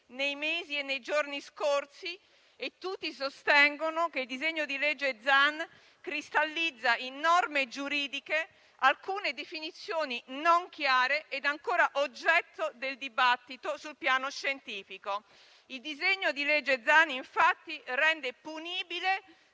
nei mesi e nei giorni scorsi, sostenendo che il disegno di legge Zan cristallizza in norme giuridiche alcune definizioni non chiare ed ancora oggetto del dibattito sul piano scientifico. Il disegno di legge Zan, infatti, rende punibile